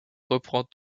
reprend